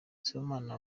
sibomana